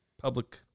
public